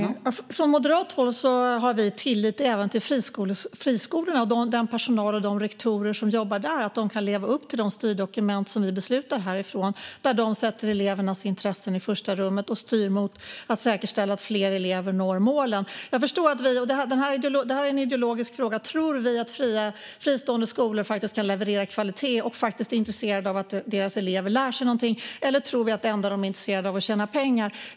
Fru talman! Från moderat håll har vi tillit även till friskolorna, till att den personal och de rektorer som jobbar där kan leva upp till de styrdokument som vi beslutar om härifrån samt till att de sätter elevernas intressen i första rummet och styr mot att säkerställa att fler elever når målen. Detta är en ideologisk fråga. Tror vi att fristående skolor kan leverera kvalitet och faktiskt är intresserade av att eleverna lär sig någonting, eller tror vi att det enda de är intresserade av är att tjäna pengar?